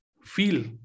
feel